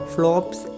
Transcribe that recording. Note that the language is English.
Flops